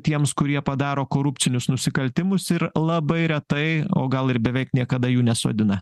tiems kurie padaro korupcinius nusikaltimus ir labai retai o gal ir beveik niekada jų nesodina